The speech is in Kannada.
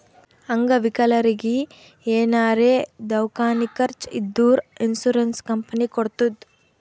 ಅಂಗವಿಕಲರಿಗಿ ಏನಾರೇ ದವ್ಕಾನಿ ಖರ್ಚ್ ಇದ್ದೂರ್ ಇನ್ಸೂರೆನ್ಸ್ ಕಂಪನಿ ಕೊಡ್ತುದ್